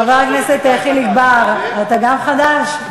חבר הכנסת חיליק בר, אתה גם חדש?